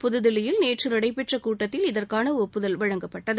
புதுதில்லியில் நேற்று நடைபெற்ற கூட்டத்தில் இதற்கான ஒப்புதல் வழங்கப்பட்டுள்ளது